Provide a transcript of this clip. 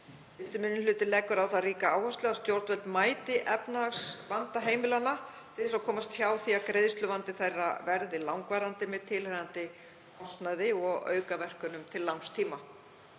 1. minni hluti leggur á það ríka áherslu að stjórnvöld mæti efnahagsvanda heimilanna til þess að komast hjá því að greiðsluvandi þeirra verði langvarandi með tilheyrandi kostnaði og aukaverkunum til langs tíma.